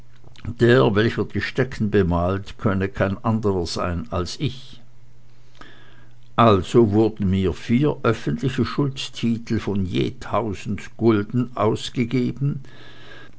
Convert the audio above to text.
der welcher die stecken bemalt könne kein anderer sein als ich also wurden mir vier öffentliche schuldtitel von je tausend gulden aushingegeben